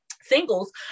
singles